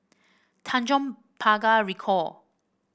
Tanjong Pagar Ricoh